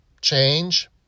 change